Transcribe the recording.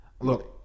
Look